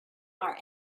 our